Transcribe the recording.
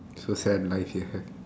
so sad life you have